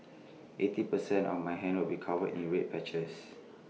eighty percent of my hand will be covered in red patches